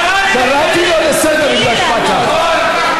קראתי אותו לסדר, אם לא אכפת לך.